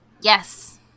Yes